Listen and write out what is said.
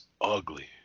ugly